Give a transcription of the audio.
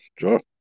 sure